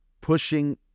pushing